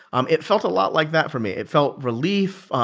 um it felt a lot like that for me. it felt relief.